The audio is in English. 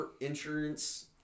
insurance